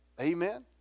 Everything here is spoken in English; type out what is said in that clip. Amen